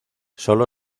solo